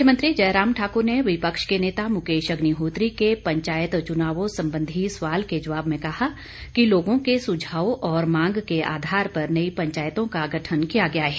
मुख्यमंत्री जयराम ठाक्र ने विपक्ष के नेता मुकेश अग्निहोत्री के पंचायत चुनावों संबंधी सवाल के जवाब में कहा कि लोगों के सुझाव और मांग के आधार पर नई पंचायतों का गठन किया गया है